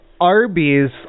Arby's